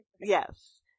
Yes